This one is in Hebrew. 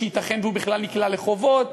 שייתכן שהוא בכלל נקלע לחובות